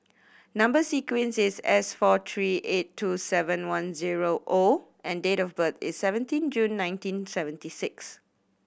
number sequence is S four three eight two seven one zero O and date of birth is seventeen June nineteen seventy six